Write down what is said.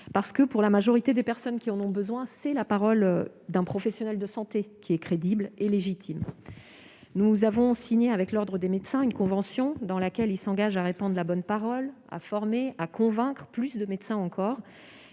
effet, pour la majorité des personnes concernées, c'est la parole d'un professionnel de santé qui est crédible et légitime. Nous avons signé avec l'ordre des médecins une convention par laquelle ils s'engagent à répandre la bonne parole, à former, à convaincre encore